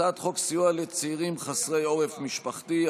הצעת חוק סיוע לצעירים חסרי עורף משפחתי,